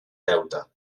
deute